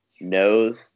knows